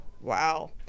Wow